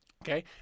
Okay